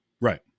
Right